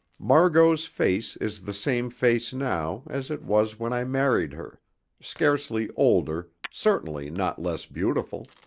margot's face is the same face now as it was when i married her scarcely older, certainly not less beautiful.